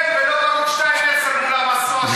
כן, ולא בערוץ 2, מול המסוע,